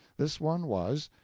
this one was,